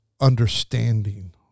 understanding